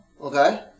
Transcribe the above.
Okay